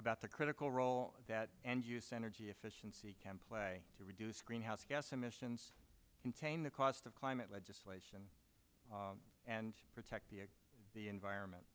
about the critical role that and use energy efficiency can play to reduce greenhouse gas emissions contain the cost of climate legislation and protect the environment